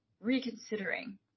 reconsidering